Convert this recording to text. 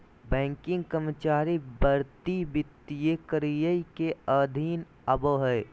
banking कर्मचारी भर्ती वित्तीय करियर के अधीन आबो हय